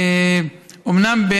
אומנם,